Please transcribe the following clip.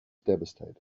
devastated